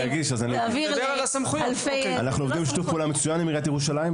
אנחנו עובדים בשיתוף פעולה מצוין עם עיריית ירושלים.